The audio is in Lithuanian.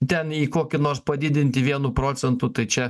ten į kokį nors padidinti vienu procentu tai čia